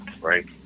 right